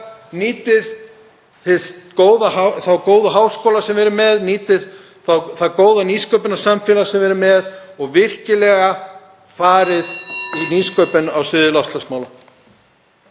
nýtið þá góðu háskóla sem við erum með, nýtið það góða nýsköpunarsamfélag sem við erum með og virkilega farið í nýsköpun á sviði loftslagsmála.